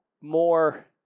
more